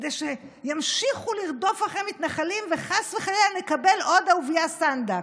כדי שימשיכו לרדוף אחרי מתנחלים וחס וחלילה נקבל עוד אהוביה סנדק,